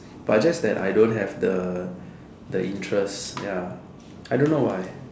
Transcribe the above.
but just that I don't have the the interest ya I don't know why